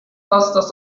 dass